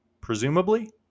presumably